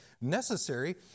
necessary